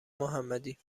محمدی